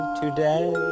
today